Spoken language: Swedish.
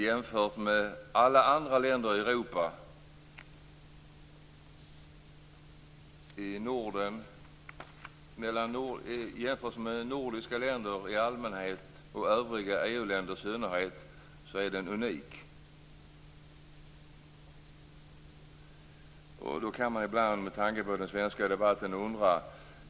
Jämfört med nordiska länder i allmänhet och övriga EU-länder i synnerhet är vår politik unik.